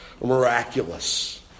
miraculous